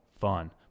fun